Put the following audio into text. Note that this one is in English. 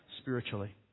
spiritually